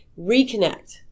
reconnect